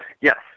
Yes